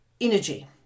energy